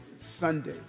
Sunday